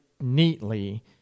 neatly